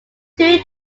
two